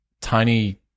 tiny